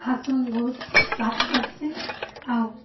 ଫାସୁନ ବହୁତ ସ୍ୱାଦ କର୍ସି ଆଉ